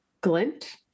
Glint